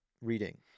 reading